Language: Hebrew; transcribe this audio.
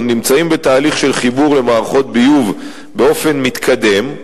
נמצאים בתהליך של חיבור למערכות ביוב באופן מתקדם,